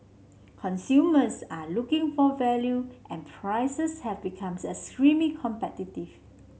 consumers are looking for value and prices have become extremely competitive